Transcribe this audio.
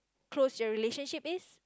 close your relationship is